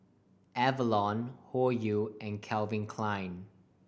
Avalon Hoyu and Calvin Klein